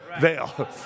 veil